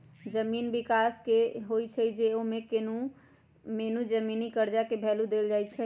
जमीन विकास बैंक जे होई छई न ओमे मेन जमीनी कर्जा के भैलु देल जाई छई